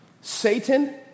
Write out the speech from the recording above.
Satan